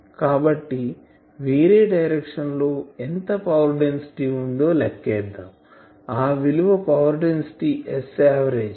కాబట్టి వేరే డైరెక్షన్ లో ఎంత పవర్ డెన్సిటీ ఉన్నదో లెక్కిద్దాం ఆ విలువ పవర్ డెన్సిటీ Saverage